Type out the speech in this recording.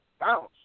bounce